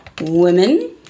women